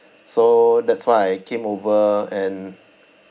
so that's why I came over and